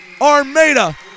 Armada